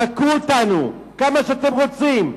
תכו אותנו כמה שאתם רוצים,